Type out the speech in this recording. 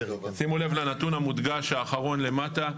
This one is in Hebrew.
שימו לב לנתון המודגש האחרון למטה,